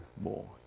more